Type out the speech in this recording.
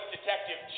Detective